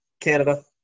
Canada